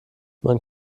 man